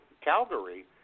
Calgary